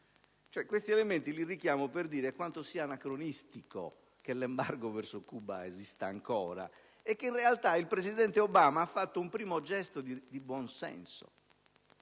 G20. Questi elementi li richiamo per dire quanto sia anacronistico che l'embargo verso Cuba esista ancora. In realtà, il presidente Obama ha fatto un primo gesto di buon senso.